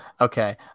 okay